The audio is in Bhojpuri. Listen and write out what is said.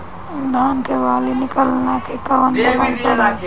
धान के बाली निकलते के कवन दवाई पढ़े?